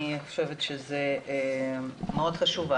אני חושבת שזה מאוד חשוב,